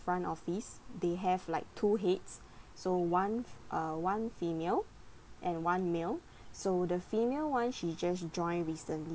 front office they have like two heads so one uh one female and one male so the female [one] she just joined recently